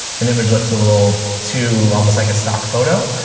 an image looks a little too almost like a stock photo.